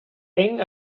eng